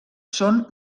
són